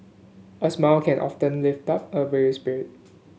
a smile can often lift up a weary spirit